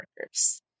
workers